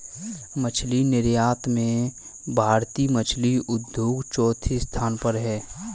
मछली निर्यात में भारतीय मछली उद्योग चौथे स्थान पर है